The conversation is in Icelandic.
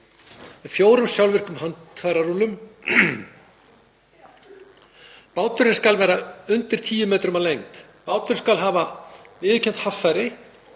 með fjórum sjálfvirkum handfærarúllum. Báturinn skal vera undir 10 metrum að lengd. Báturinn skal hafa viðurkennt haffæri.